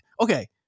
okay